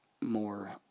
more